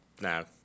No